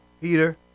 peter